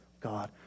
God